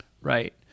Right